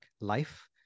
life